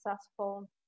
successful